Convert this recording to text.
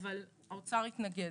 אבל האוצר התנגד.